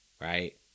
right